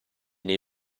nei